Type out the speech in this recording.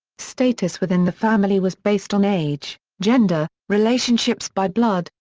status within the family was based on age, gender, relationships by blood,